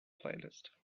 playlist